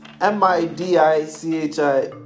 m-i-d-i-c-h-i